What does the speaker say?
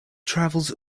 travels